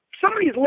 somebody's